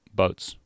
boats